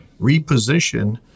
reposition